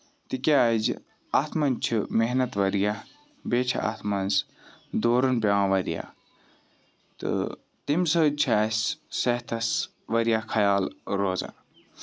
تِکیازِ اَتھ منٛز چھ محنت واریاہ بیٚیہِ چھُ اَتھ منٛز دورُن پیوان واریاہ تہٕ تَمہِ سۭتۍ چھُ اَسہِ صحتَس واریاہ خیال روزان